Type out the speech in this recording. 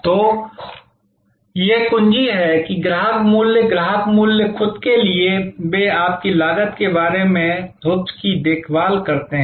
तो यह कुंजी है कि ग्राहक मूल्य ग्राहक मूल्य खुद के लिए वे आपकी लागत के बारे में हुप्स की देखभाल करते हैं